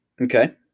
Okay